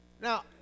Now